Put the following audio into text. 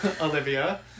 Olivia